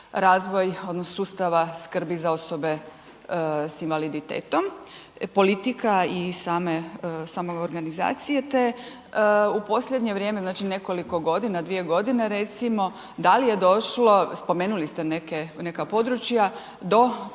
razvoj sustava skrbi za osobe sa invaliditetom, politika i same organizacije te? U posljednje vrijeme, znači nekoliko godina, 2 godine, recimo, da li je došlo, spomenuli ste neke, neka područja do pogoršanja